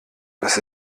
das